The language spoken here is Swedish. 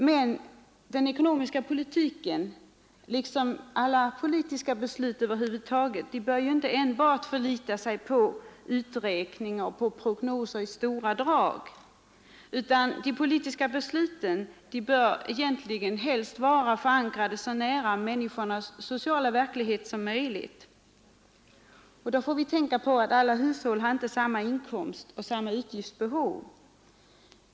Men den ekonomiska politiken liksom alla politiska beslut över huvud taget bör inte enbart förlita sig på uträkning och prognoser i stora drag, utan de politiska besluten bör helst vara förankrade så nära människornas sociala verklighet som möjligt. Då får vi tänka på att alla hushåll inte har samma inkomst och samma utgiftsbehov.